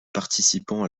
participants